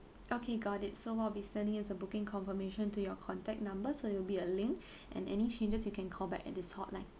okay got it so will be sending as a booking confirmation to your contact number so there'll be a link and any changes you can call back at this hotline